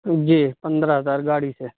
جی پندرہ ہزار گاڑی سے